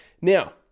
Now